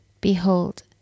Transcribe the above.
Behold